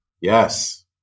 Yes